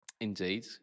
Indeed